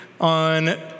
on